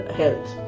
health